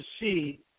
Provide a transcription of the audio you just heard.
see